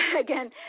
Again